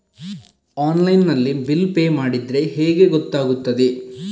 Online ನಲ್ಲಿ bill pay ಮಾಡಿದ್ರೆ ಹೇಗೆ ಗೊತ್ತಾಗುತ್ತದೆ?